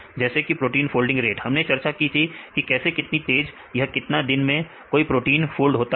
जैसे कि protein folding rate हमने चर्चा थी कि कैसे कितनी तेज यह कितना दिन में कोई प्रोटीन फोल्ड होता है